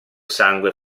sangue